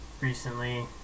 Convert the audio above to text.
recently